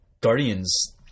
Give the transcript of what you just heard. guardians